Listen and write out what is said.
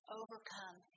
overcome